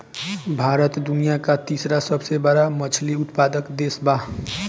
भारत दुनिया का तीसरा सबसे बड़ा मछली उत्पादक देश बा